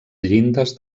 llindes